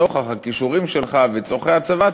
נוכח הכישורים שלך וצורכי הצבא,